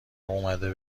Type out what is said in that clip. اومده